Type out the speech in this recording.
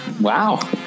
Wow